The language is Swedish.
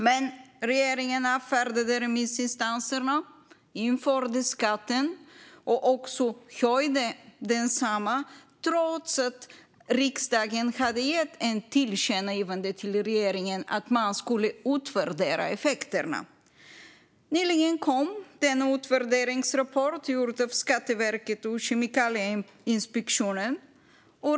Men regeringen avfärdade remissinstanserna, införde skatten och höjde också densamma trots att riksdagen hade gett ett tillkännagivande till regeringen om att effekterna skulle utvärderas. Nyligen kom den utvärderingsrapport som Skatteverket och Kemikalieinspektionen har gjort.